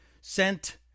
sent